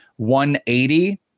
180